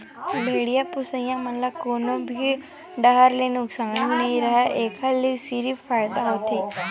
भेड़िया पोसई म कोनो भी डाहर ले नुकसानी नइ राहय एखर ले सिरिफ फायदा होथे